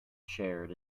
shared